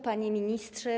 Panie Ministrze!